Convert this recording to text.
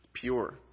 pure